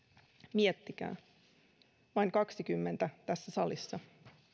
miettikää vain kahdessakymmenessä tässä salissa